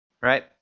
right